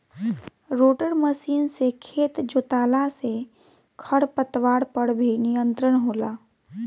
rotor machine से खेत जोतला से खर पतवार पर भी नियंत्रण होला